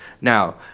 Now